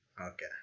Okay